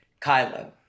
Kylo